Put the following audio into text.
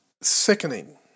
sickening